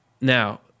now